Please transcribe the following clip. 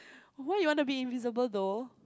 why you want to be invisible though